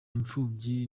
imfubyi